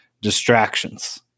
distractions